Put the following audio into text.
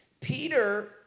Peter